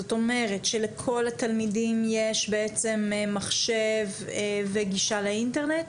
זאת אומרת שלכל התלמידים יש מחשב וגישה לאינטרנט?